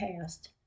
past